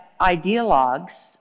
ideologues